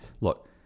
Look